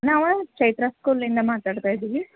ನಾವು ಚೈತ್ರಾ ಸ್ಕೂಲ್ನಿಂದ ಮಾತಾಡ್ತಾ ಇದ್ದೀವಿ